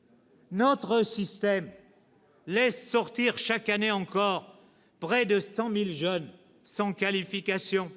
« Notre système laisse sortir chaque année encore près de 100 000 jeunes sans qualification.